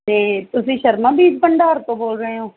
ਅਤੇ ਤੁਸੀਂ ਸ਼ਰਮਾ ਫੀਡ ਭੰਡਾਰ ਤੋਂ ਬੋਲ ਰਹੇ ਹੋ